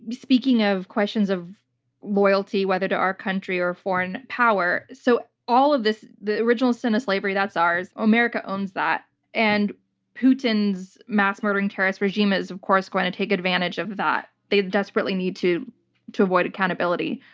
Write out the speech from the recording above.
speaking of questions of loyalty, whether to our country or foreign power. so all of this, the original sin of slavery, that's ours. america owns that. and putin's mass murdering terrorist regime is, of course, going to take advantage of that. they desperately need to to avoid accountability.